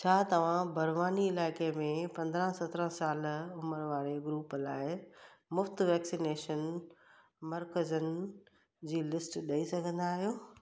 छा तव्हां बड़वानी इलाइक़े में पंद्रहं सतिरहं साल उमिरि वारे ग्रूप लाइ मुफ़्ति वैक्सनेशन मर्कज़नि जी लिस्ट ॾेई सघंदा आहियो